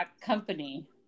company